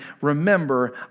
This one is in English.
remember